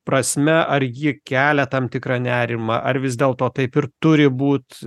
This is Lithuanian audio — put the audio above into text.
prasme ar ji kelia tam tikrą nerimą ar vis dėlto taip ir turi būt